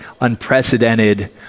unprecedented